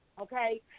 okay